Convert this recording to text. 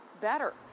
better